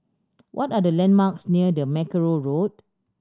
what are the landmarks near the Mackerrow Road